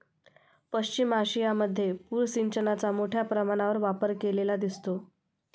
पश्चिम आशियामध्ये पूर सिंचनाचा मोठ्या प्रमाणावर वापर केलेला दिसतो